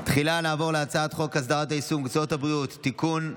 תחילה נעבור להצעת חוק הסדרת העיסוק במקצועות הבריאות (תיקון,